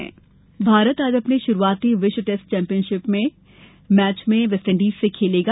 cricket Bharat आज अपने श्रूआती विश्व टेस्ट चैंपियनशिप मैच में वेस्टइंडीज से खेलेगा